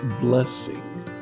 blessing